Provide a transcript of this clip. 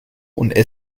und